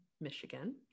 Michigan